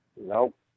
Nope